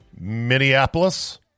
Minneapolis